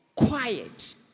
Quiet